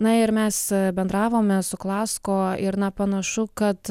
na ir mes bendravome su klasko ir na panašu kad